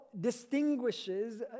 distinguishes